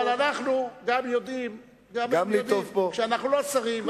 אבל אנחנו גם יודעים שכשאנחנו לא שרים,